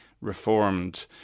reformed